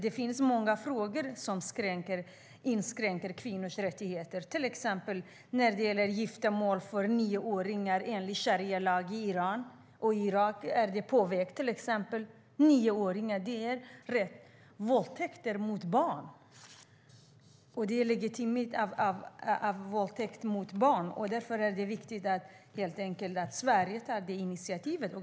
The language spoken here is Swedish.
Det finns många frågor som inskränker kvinnors rättigheter, till exempel när det gäller giftermål för nioåringar enligt sharialagen i Iran. I till exempel Irak är det på väg. Nioåringar - det är att legitimera våldtäkter mot barn. Därför är det viktigt att Sverige tar initiativet.